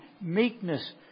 meekness